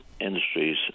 industries